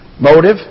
motive